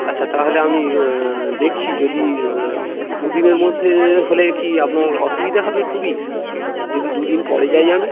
আচ্ছা তাহলে আমি দেখছি যদি দু দিনের মধ্যে হলে কি আপনার অসুবিধা হবে খুবই যদি দু দিন পরে যাই আমি